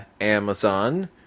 Amazon